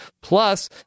Plus